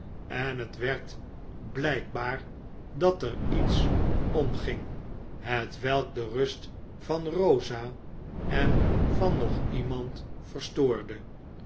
en het werd blijkbaar dat er iets omging hetwelk de rust van rosa en van nog iemand verstoorde